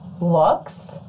looks